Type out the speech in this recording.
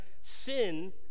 sin